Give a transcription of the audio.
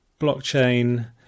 blockchain